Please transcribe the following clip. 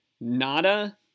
nada